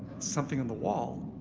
something and wall?